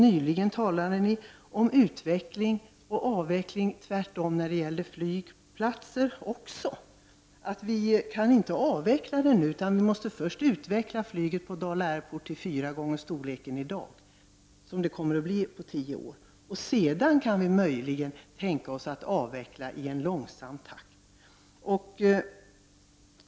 Nyligen talade ni om utveckling och avveckling på samma bakvända sätt också när det gäller flygplatser. Vi skulle inte kunna avveckla Dala Airport nu, utan måste först under tio år utveckla flygtrafiken på Dala Airport till fyra gånger dagens storlek. Sedan kunde vi möjligen tänka oss att avveckla i en långsam takt.